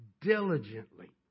diligently